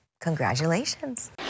Congratulations